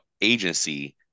agency